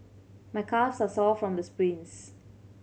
my calves are sore from the sprints